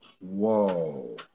Whoa